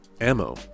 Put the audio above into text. ammo